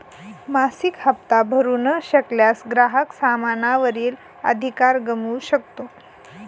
मासिक हप्ता भरू न शकल्यास, ग्राहक सामाना वरील अधिकार गमावू शकतो